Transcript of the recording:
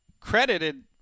credited